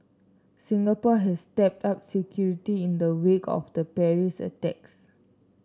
Singapore has stepped up security in the wake of the Paris attacks